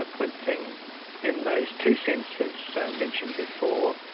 ah good thing in those two senses mentioned before.